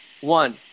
one